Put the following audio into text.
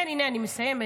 הינה אני מסיימת.